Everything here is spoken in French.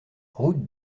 route